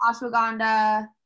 ashwagandha